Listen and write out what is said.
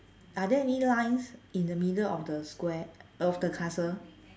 are there any lines in the middle of the square of the castle